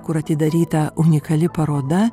kur atidaryta unikali paroda